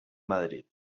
madrid